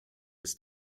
ist